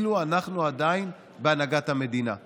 כלפי אוכלוסייה המרכזית במדינת ישראל,